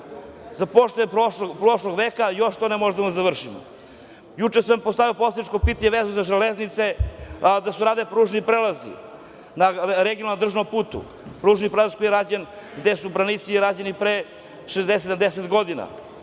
započeta prošlog veka i još to ne možemo da završimo. Juče sam postavio poslaničko pitanje vezano za železnice da se urade pružni prelazi na regionalnom državnom putu, pružni prelaz koji je rađen gde su branici rađen je i pre 60, 70 godina.